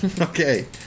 Okay